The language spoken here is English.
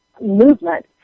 movement